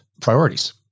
priorities